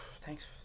thanks